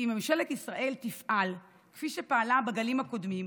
כי ממשלת ישראל תפעל, כפי שפעלה בגלים הקודמים,